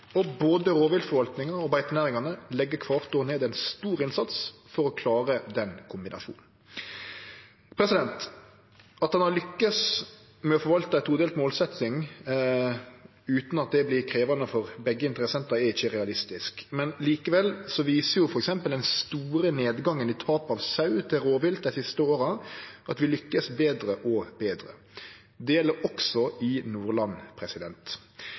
og beitedyr. Både rovviltforvaltinga og beitenæringane legg kvart år ned ein stor innsats for å klare den kombinasjonen. At ein har lukkast med å forvalte ei todelt målsetjing utan at det vert krevjande for begge interessentar, er ikkje realistisk, men likevel viser f.eks. den store nedgangen i tap av sau til rovvilt dei siste åra at vi lukkast betre og betre. Det gjeld også i Nordland.